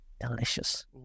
Delicious